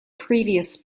previous